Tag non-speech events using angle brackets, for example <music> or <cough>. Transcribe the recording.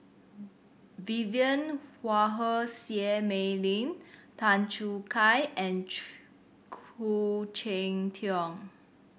Vivien Quahe Seah Mei Lin Tan Choo Kai and <unintelligible> Khoo Cheng Tiong